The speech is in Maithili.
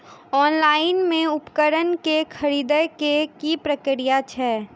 ऑनलाइन मे उपकरण केँ खरीदय केँ की प्रक्रिया छै?